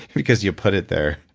because you put it there.